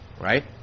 right